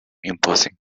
imposing